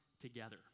together